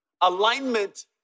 Alignment